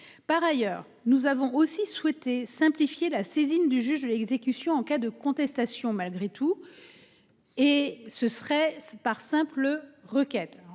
Par ailleurs, nous avons aussi souhaité simplifier la saisine du juge de l'exécution en cas de contestation malgré tout. Et ce serait c'est par simple requête